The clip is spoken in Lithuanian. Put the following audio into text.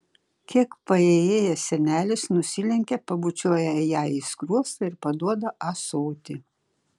kiek paėjėjęs senelis nusilenkia pabučiuoja jai į skruostą ir paduoda ąsotį